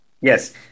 Yes